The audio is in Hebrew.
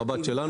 זה המבט שלנו.